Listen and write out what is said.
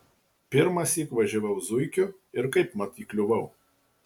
pirmąsyk važiavau zuikiu ir kaipmat įkliuvau